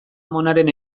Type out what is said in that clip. amonaren